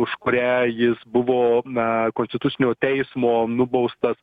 už kurią jis buvo na konstitucinio teismo nubaustas